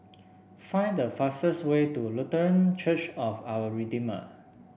find the fastest way to Lutheran Church of Our Redeemer